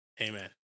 amen